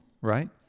right